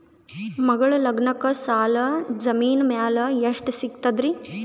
ಮಗಳ ಲಗ್ನಕ್ಕ ಸಾಲ ಜಮೀನ ಮ್ಯಾಲ ಎಷ್ಟ ಸಿಗ್ತದ್ರಿ?